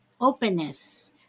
openness